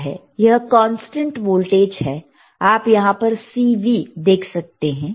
यह constant voltage है आप यहां पर CV देख सकते हैं